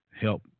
help